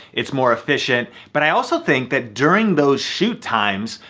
it's more efficient. but i also think that during those shoot times,